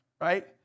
Right